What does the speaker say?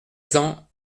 cents